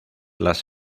las